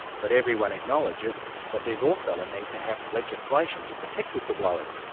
but everyone acknowledges that there is also a need to have legislation to protect whistleblowers,